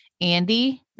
Andy